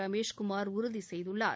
ரமேஷ்குமார் உறுதி செய்துள்ளார்